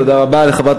תודה רבה לחברת